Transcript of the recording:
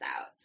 out